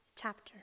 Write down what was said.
chapter